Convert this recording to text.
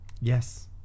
yes